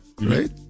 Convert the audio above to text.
right